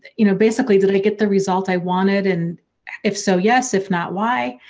you know basically, did i get the result i wanted and if so, yes. if not, why?